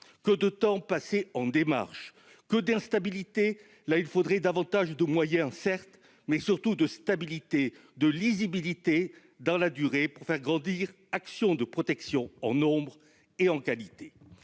Que de temps passé en démarches ! Que d'instabilité, là où il faudrait davantage de moyens, certes, mais surtout de stabilité et de lisibilité dans la durée pour faire grandir les actions de protection en nombre et en qualité